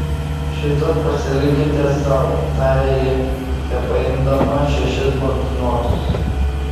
šitą pasilikite sau tarė ji tepaimdama šešis banknotus